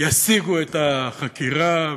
יסיגו את החקירה,